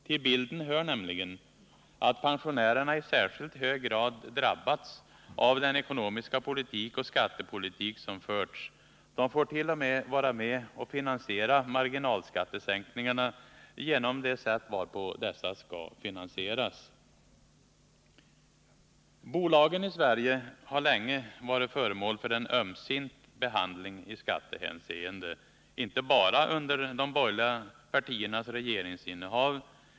Till bilden hör nämligen att pensionärerna i särskilt hög grad drabbas av den ekonomiska politik och skattepolitik som förts. De får till och med vara med och finansiera marginalskattesänkningarna genom det sätt varpå dessa skall finansieras. Bolagen i Sverige har länge varit föremål för en ömsint behandling i skattehänseende, inte bara under de borgerliga partiernas regeringsinnehav.